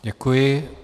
Děkuji.